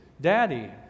Daddy